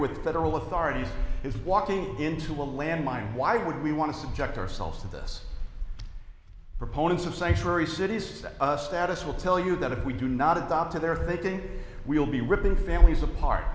with federal authorities if walking into a landmine why would we want to subject ourselves to this proponents of sanctuary cities status will tell you that if we do not adopt to their thinking we will be ripping families apart